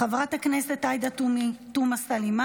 חברת הכנסת עאידה תומא סלימאן,